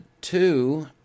Two